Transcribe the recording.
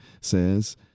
says